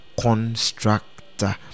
constructor